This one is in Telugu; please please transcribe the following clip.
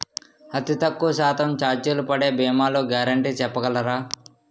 అతి తక్కువ శాతం ఛార్జీలు పడే భీమాలు గ్యారంటీ చెప్పగలరా?